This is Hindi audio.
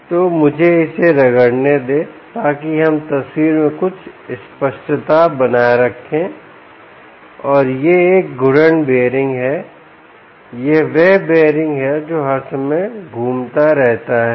तो मुझे इसे रगड़ने दें ताकि हम तस्वीर में कुछ स्पष्टता बनाए रखें और यह एक घूर्णन बीयरिंग है यह वह बीयरिंग है जो हर समय घूमता रहता है